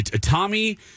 Tommy